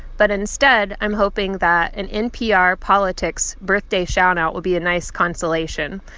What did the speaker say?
but instead, i'm hoping that an npr politics birthday shoutout will be a nice consolation.